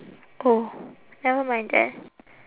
oh never mind then